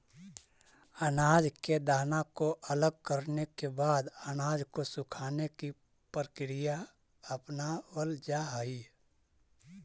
अनाज के दाना को अलग करने के बाद अनाज को सुखाने की प्रक्रिया अपनावल जा हई